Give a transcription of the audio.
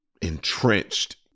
entrenched